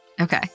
Okay